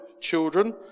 children